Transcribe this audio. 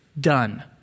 done